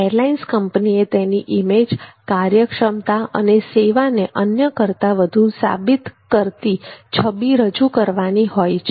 airlines કંપનીએ તેની image કાર્યક્ષમતા અને સેવાને અન્ય કરતાં વધુ સારી સાબિત કરતી છબી રજૂ કરવાની હોય છે